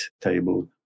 table